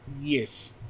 Yes